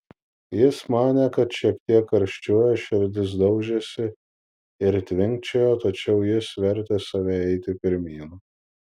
jis manė kad šiek tiek karščiuoja širdis daužėsi ir tvinkčiojo tačiau jis vertė save eiti pirmyn